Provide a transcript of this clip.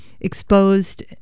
exposed